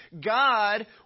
God